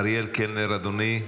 אריאל קלנר, אדוני?